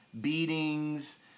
beatings